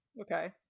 okay